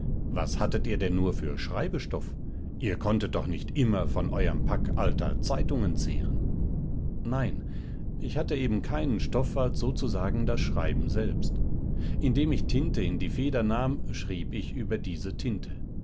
was hattet ihr denn nur für schreibestoff ihr konntet doch nicht immer von eurem pack alter zeitungen zehren nein ich hatte eben keinen stoff als sozusagen das schreiben selbst indem ich tinte in die feder nahm schrieb ich über diese tinte